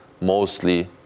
mostly